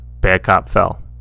badcopfell